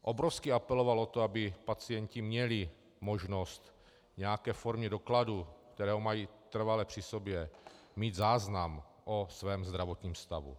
Obrovsky apeloval na to, aby pacienti měli možnost v nějaké formě dokladu, který mají trvale při sobě, mít záznam o svém zdravotním stavu.